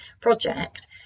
project